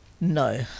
No